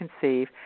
conceive